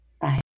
Bye